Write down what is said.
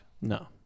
No